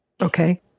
Okay